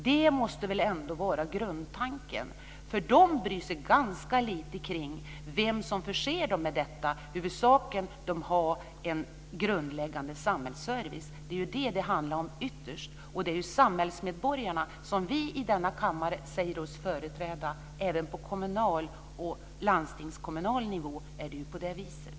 Det måste väl ändå vara grundtanken. De bryr sig ganska lite om vem som förser dem med detta. Huvudsaken är att de har en grundläggande samhällsservice. Det är ju det som det ytterst handlar om. Det är ju samhällsmedborgarna som vi i denna kammare säger oss företräda. Även på kommunal och landstingskommunal nivå är det på det viset.